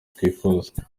twifuza